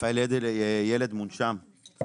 רפאל ילד מונשם.